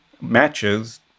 matches